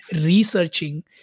researching